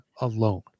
alone